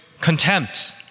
contempt